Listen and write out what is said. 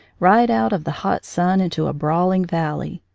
ride out of the hot sun into a brawling valley.